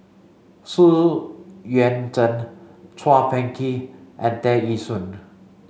Xu Yuan Zhen Chua Phung Kim and Tear Ee Soon